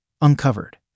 uncovered